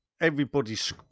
everybody's